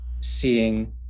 seeing